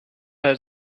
had